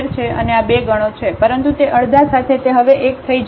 તેથી ² છે અને આ 2 ગણો છે પરંતુ તે અડધા સાથે તે હવે 1 થઈ જશે